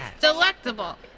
delectable